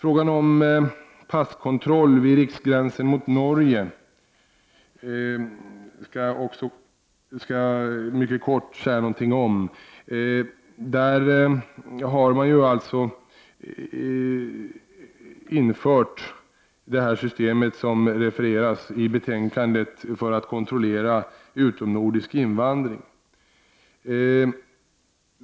Jag skall också mycket kort säga någonting om frågan om passkontroll vid riksgränsen mot Norge. Man har där infört det system för kontroll av utomnordisk invandring vilket beskrivs i betänkandet.